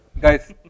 Guys